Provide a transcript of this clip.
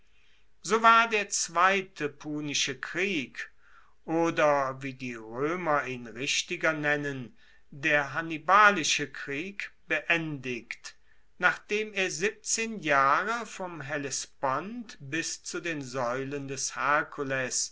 so war der zweite punische krieg oder wie die roemer ihn richtiger nennen der hannibalische krieg beendigt nachdem er siebzehn jahre vom hellespont bis zu den saeulen des